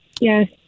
Yes